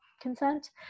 consent